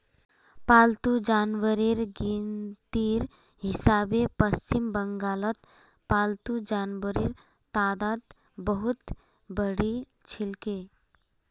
पालतू जानवरेर गिनतीर हिसाबे पश्चिम बंगालत पालतू जानवरेर तादाद बहुत बढ़िलछेक